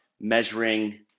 measuring